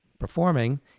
performing